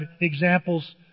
examples